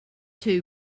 two